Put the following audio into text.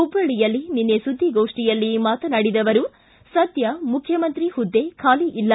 ಹುಬ್ಬಳ್ಳಯಲ್ಲಿ ನಿನ್ನೆ ಸುದ್ದಿಗೋಷ್ಠಿಯಲ್ಲಿ ಮಾತನಾಡಿದ ಅವರು ಸದ್ಯ ಮುಖ್ಯಮಂತ್ರಿ ಹುದ್ದೆ ಖಾಲಿ ಇಲ್ಲ